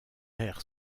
air